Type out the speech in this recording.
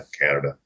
Canada